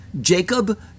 Jacob